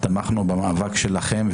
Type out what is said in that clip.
תמכנו במאבק שלכם,